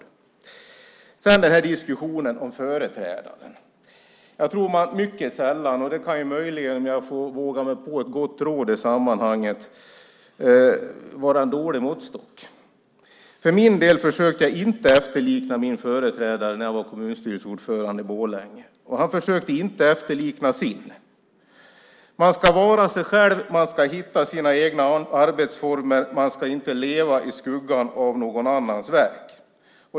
Sedan vill jag ta upp detta om diskussionen om företrädaren. Ibland kan det nog - om jag får våga mig på ett gott råd i sammanhanget - vara en dålig måttstock. För min del försökte jag inte efterlikna min företrädare när jag var kommunstyrelseordförande i Borlänge. Han försökte inte efterlikna sin. Man ska vara sig själv, hitta sina egna arbetsformer, och man ska inte leva i skuggan av någon annans verk.